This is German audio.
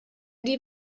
die